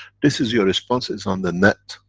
this is your responses on the net.